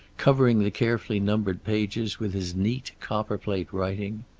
covering the carefully numbered pages with his neat, copper-plate writing.